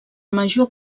major